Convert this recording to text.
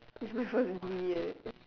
is my first D eh